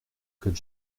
code